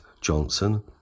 Johnson